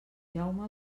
jaume